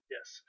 Yes